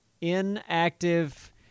inactive